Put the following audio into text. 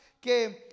que